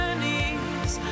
knees